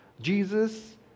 Jesus